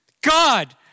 God